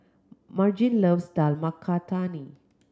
Margene loves Dal Makhani